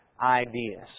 ideas